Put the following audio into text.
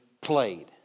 played